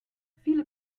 viele